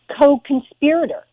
co-conspirator